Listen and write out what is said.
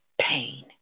pain